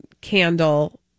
candle